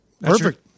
Perfect